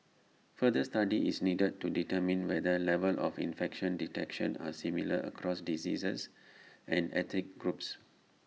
further study is needed to determine whether levels of infection detection are similar across diseases and ethnic groups